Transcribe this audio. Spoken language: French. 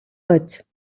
haute